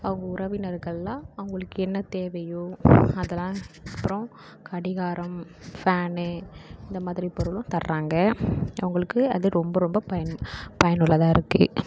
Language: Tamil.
அவங்க உறவினர்களெலாம் அவர்களுக்கு என்ன தேவையோ அதெல்லாம் அப்புறம் கடிகாரம் ஃபேனு இந்த மாதிரி பொருளும் தராங்க அவர்களுக்கு ரொம்ப ரொம்ப பயன் பயனுள்ளதாக இருக்குது